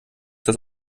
das